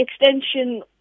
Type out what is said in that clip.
extension